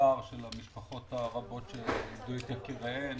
בצער של המשפחות הרבות שאיבדו את יקיריהן,